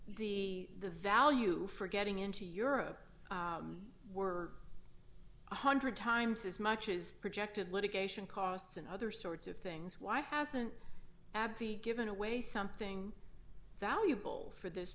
the the value for getting into europe were one hundred times as much as projected litigation costs and other sorts of things why hasn't given away something valuable for this